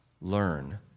learn